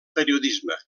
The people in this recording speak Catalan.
periodisme